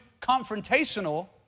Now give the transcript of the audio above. confrontational